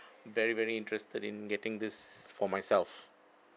very very interested in getting this for myself